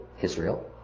Israel